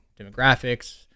demographics